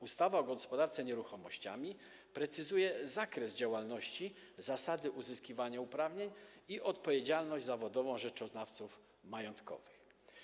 Ustawa o gospodarce nieruchomościami precyzuje zakres działalności, zasady uzyskiwania uprawnień i odpowiedzialność zawodową rzeczoznawców majątkowych.